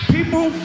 People